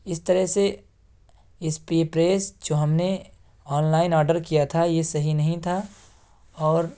اس طرح سے یہ پریس جو ہم نے آن لائن آڈر کیا تھا یہ صحیح نہیں تھا اور